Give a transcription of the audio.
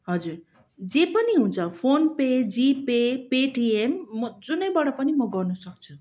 हजुर जे पनि हुन्छ फोनपे जिपे पेटीएम म जुनैबाट पनि म गर्नुसक्छु